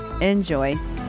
enjoy